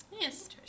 Yes